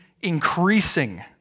increasing